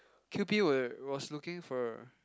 Q_P were was looking for